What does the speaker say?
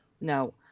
No